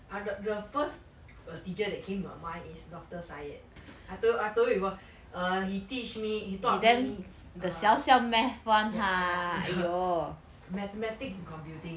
I'm the the first a teacher that came to my mind is doctor sayed I told you I told you before err he teach me he taught me err ya ya mathematics and computing